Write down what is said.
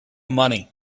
money